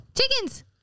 Chickens